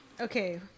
Okay